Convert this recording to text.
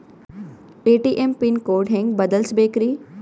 ATM pin code ಹೆಂಗ್ ಬದಲ್ಸ್ಬೇಕ್ರಿ?